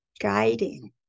guiding